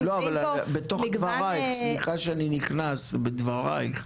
סליחה שאני נכנס לדבריך,